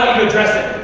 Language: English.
to address it?